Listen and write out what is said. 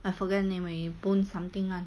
I forget name already boon something ah